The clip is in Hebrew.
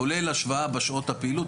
כולל השוואה בשעות הפעילות,